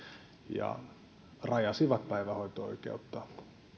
ja rajasivat päivähoito oikeutta